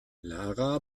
lara